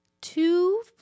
two